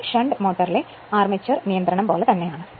ഇത് ഷണ്ട് മോട്ടോറിലെ ആർമേച്ചർ നിയന്ത്രണം പോലെയാണ്